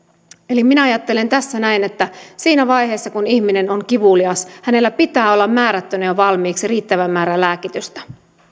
minä ajattelen tässä näin että siinä vaiheessa kun ihminen on kivulias hänellä pitää olla määrättynä jo valmiiksi riittävä määrä lääkitystä